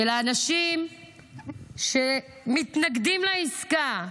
של האנשים שמתנגדים לעסקה,